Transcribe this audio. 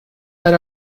let